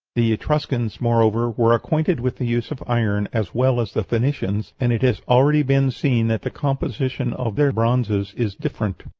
the etruscans, moreover, were acquainted with the use of iron as well as the phoenicians, and it has already been seen that the composition of their bronzes is different,